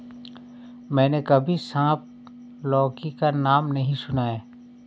मैंने कभी सांप लौकी का नाम नहीं सुना है